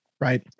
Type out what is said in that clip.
Right